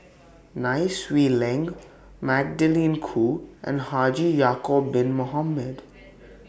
Nai Swee Leng Magdalene Khoo and Haji Ya'Acob Bin Mohamed